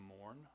mourn